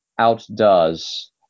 Outdoes